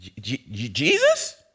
Jesus